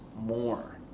more